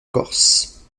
corse